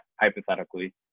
hypothetically